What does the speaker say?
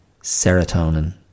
serotonin